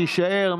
שיישאר,